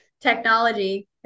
Technology